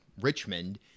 Richmond